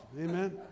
amen